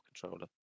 controller